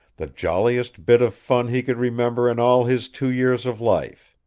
the jolliest bit of fun he could remember in all his two years of life.